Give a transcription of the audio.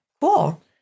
cool